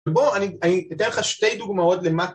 בא, אני אתן לך שתי דוגמאות למה